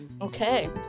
Okay